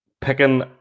picking